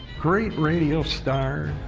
great radio star,